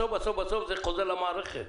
בסוף זה חוזר למערכת.